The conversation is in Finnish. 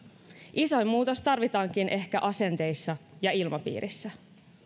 isoin muutos tarvitaankin ehkä asenteissa ja ilmapiirissä